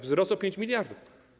Wzrost o 5 mld.